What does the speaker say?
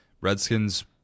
Redskins